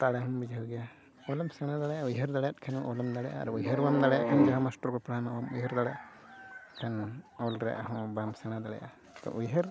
ᱫᱟᱲᱮᱦᱚᱢ ᱵᱩᱡᱷᱟᱹᱣ ᱜᱮᱭᱟ ᱚᱞᱮᱢ ᱥᱮᱬᱟ ᱫᱟᱲᱮᱭᱟᱜᱼᱟ ᱩᱭᱦᱟᱹᱨ ᱫᱟᱲᱮᱭᱟᱫ ᱠᱷᱟᱱᱮᱢ ᱚᱞᱮᱢ ᱫᱟᱲᱮᱭᱟᱜᱼᱟ ᱟᱨ ᱩᱭᱦᱟᱹᱨ ᱵᱟᱢ ᱫᱟᱲᱮᱭᱟᱜ ᱠᱷᱟᱱ ᱡᱟᱦᱟᱸ ᱠᱚ ᱯᱟᱲᱦᱟᱣ ᱢᱮᱭᱟ ᱩᱭᱦᱟᱹᱨ ᱫᱟᱲᱮᱭᱟᱜᱼᱟ ᱠᱷᱟᱱ ᱚᱞᱨᱮ ᱟᱨᱦᱚᱸ ᱵᱟᱢ ᱥᱮᱬᱟ ᱫᱟᱲᱮᱭᱟᱜᱼᱟ ᱛᱚ ᱩᱭᱦᱟᱹᱨ